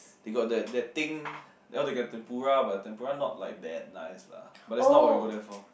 they got that that thing they got tempura but the tempura not like that nice lah but that's not what we go there for